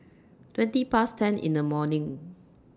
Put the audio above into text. twenty Past ten in The morning